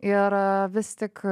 ir vis tik